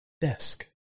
desk